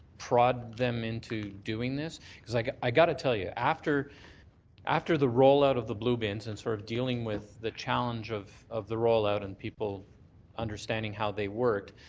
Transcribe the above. prod them into doing this? like i got to tell you, after after the rollout of the blue bins and sort of dealing with the challenge of of the rollout and people understanding how they worked,